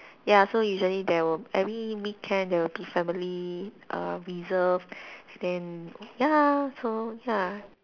ya so usually there will every weekend there will be family err reserve then ya so ya